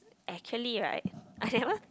actually right I never